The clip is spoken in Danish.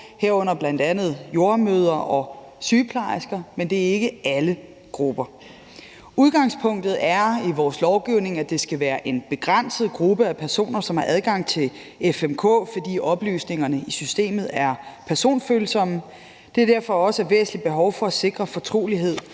herunder bl.a. jordemødre og sygeplejersker, men det er ikke alle grupper. Udgangspunktet i vores lovgivning er, at det skal være en begrænset gruppe af personer, som har adgang til FMK, fordi oplysningerne i systemet er personfølsomme. Der er derfor også et væsentligt behov for at sikre fortrolighed